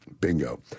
Bingo